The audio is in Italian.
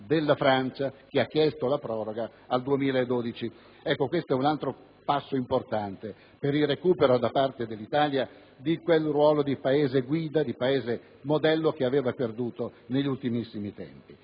della Francia, che ha chiesto la proroga al 2012. Questo è un altro passo importante per il recupero da parte dell'Italia del ruolo di Paese guida, di Paese modello che aveva perduto negli ultimissimi tempi.